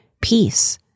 peace